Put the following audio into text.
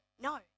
No